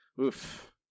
oof